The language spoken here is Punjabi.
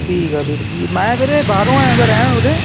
ਠੀਕ ਹੈ ਵੀਰ ਜੀ ਮੈਂ ਵੀਰੇ ਬਾਹਰੋਂ ਆਇਆ ਵਾ ਰਹਿਣ ਉਰੇ